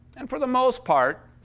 and for the most part,